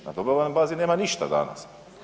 Na dobrovoljnoj bazi nema ništa danas.